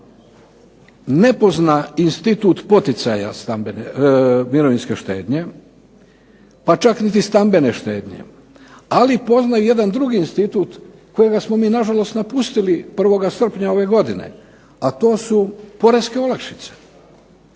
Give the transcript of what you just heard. ne pozna institut poticaja mirovinske štednje, pa čak niti stambene štednje, ali poznaje jedan drugi institut kojega smo mi nažalost napustili 1. srpnja ove godine, a to su poreske olakšice.